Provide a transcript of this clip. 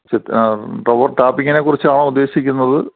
ചെത്ത് rubber ടാപ്പിങ്ങിനെക്കുറിച്ച് ആണോ ഉദ്ദേശിക്കുന്നത്